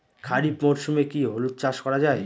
খরিফ মরশুমে কি হলুদ চাস করা য়ায়?